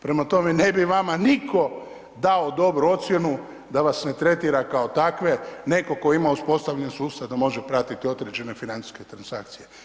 Prema tome ne bi vama nitko dao dobru ocjenu da vas ne tretira kao takve, netko tko ima uspostavljen sustav da može pratiti određene financijske transakcije.